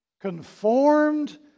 conformed